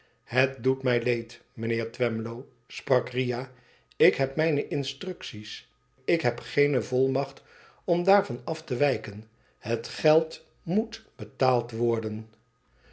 het doet mij leed mijnheer twemlow sprak riah tik heb mijne instructies ik heb geen volmacht om daarvan af te wijeen het geld ttoct betaald worden